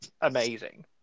amazing